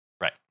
Right